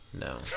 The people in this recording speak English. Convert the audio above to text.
no